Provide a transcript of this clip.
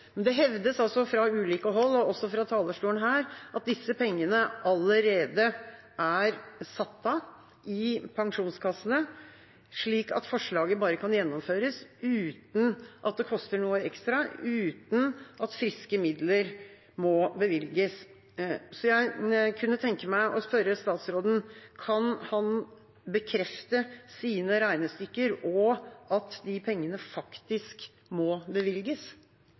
Men det hevdes fra ulike hold, og også fra talerstolen her, at disse pengene allerede er satt av i pensjonskassene, slik at forslaget bare kan gjennomføres uten at det koster noe ekstra, uten at friske midler må bevilges. Jeg kunne tenke meg å spørre statsråden: Kan han bekrefte sine regnestykker og at de pengene faktisk må bevilges?